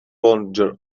longer